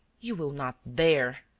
you will not dare!